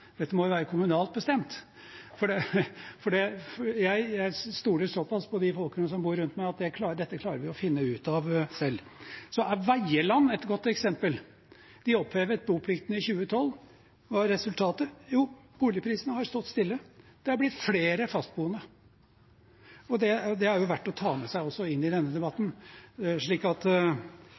bestemt. Jeg stoler såpass på de folkene som bor rundt meg, at dette klarer vi å finne ut av selv. Så er Veierland et godt eksempel. De opphevet boplikten i 2012 – og resultatet? Jo, boligprisene har stått stille. Det har blitt flere fastboende. Det er også verdt å ta med seg inn i denne debatten.